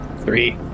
three